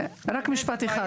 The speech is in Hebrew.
למה צריך דרכון?